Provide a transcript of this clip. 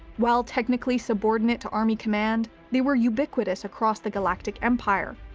while technically subordinate to army command, they were ubiquitous across the galactic empire,